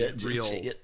real